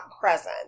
present